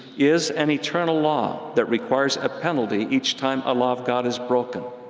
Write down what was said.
is an eternal law that requires a penalty each time a law of god is broken.